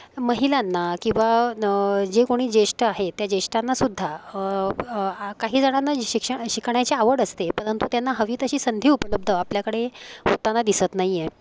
महिलांना किंवा न जे कोणी ज्येष्ठ आहेत त्या ज्येष्ठांनासुद्धा आ काही जणांना शिक्षण शिकण्याची आवड असते परंतु त्यांना हवी तशी संधी उपलब्ध आपल्याकडे होताना दिसत नाही आहे